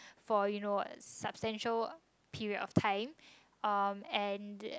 for you know substantial period of time and